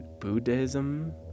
Buddhism